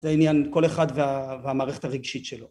‫זה עניין כל אחד וה.. והמערכת הרגשית שלו.